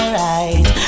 right